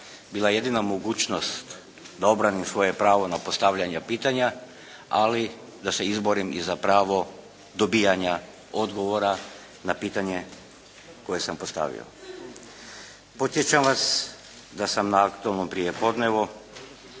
bila jedina mogućnost da obranim svoje pravo na postavljanje pitanja, ali da se izborim i za pravo dobivanja odgovora na pitanje koje sam postavio. Podsjećam vas da sam na “aktualnom prijepodnevu“